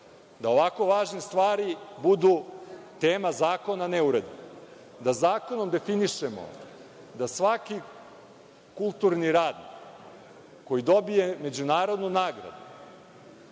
da ovako važne stvari budu tema zakona, a ne uredbe, da zakonom definišemo da svaki kulturni radnik koji dobije međunarodnu nagradu